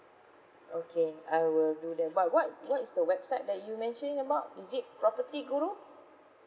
okay I will do the but what what is the website that you mentioning about is it property guru